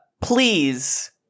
Please